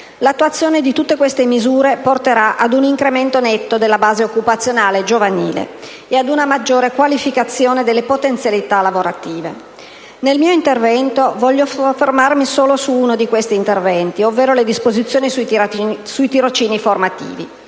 L'attuazione di tutte queste misure porterà ad un incremento netto della base occupazionale giovanile e ad una maggiore qualificazione delle potenzialità lavorative. Voglio qui soffermarmi solo su uno di questi settori di intervento, ovvero sulle disposizioni sui tirocini formativi,